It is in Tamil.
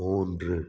மூன்று